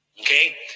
Okay